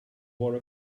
wore